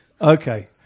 Okay